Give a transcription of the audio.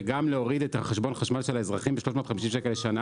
וגם להוריד את חשבון החשמל של האזרחים ב-350 ש"ח לשנה.